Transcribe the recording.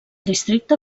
districte